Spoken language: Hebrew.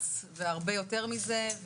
נחמץ והרבה יותר מזה.